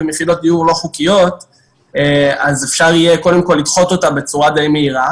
יחידות דיור לא חוקיות אז אפשר יהיה קודם כול לדחות אותה בצורה די מהירה,